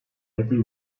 every